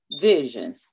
vision